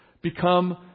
become